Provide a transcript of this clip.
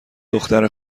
دختر